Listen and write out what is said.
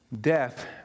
Death